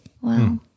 Wow